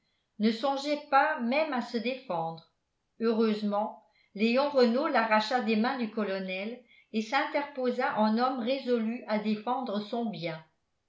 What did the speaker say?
ne songeait pas même à se défendre heureusement léon renault l'arracha des mains du colonel et s'interposa en homme résolu à défendre son bien